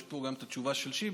יש פה גם את התשובה של שיבא,